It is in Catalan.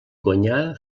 guanyar